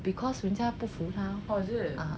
because 人家不服他